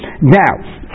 Now